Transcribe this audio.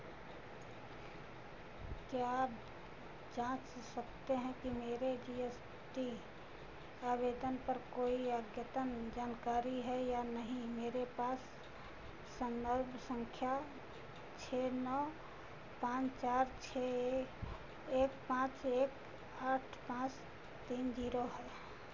क्या आप जाँच सकते हैं कि मेरे जी एस टी आवेदन पर कोई अद्यतन जानकारी है या नहीं मेरे पास संदर्भ संख्या छः नौ पाँच चार छः ए एक पाँच एक आठ पाँच तीन जीरो है